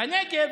בנגב,